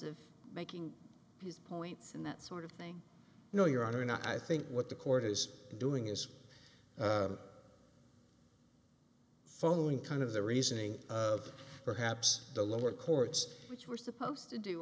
of making his points and that sort of thing you know your honor and i think what the court is doing is following kind of the reasoning of perhaps the lower courts which we're supposed to do